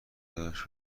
داشت